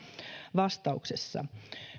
vastauksessa